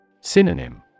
Synonym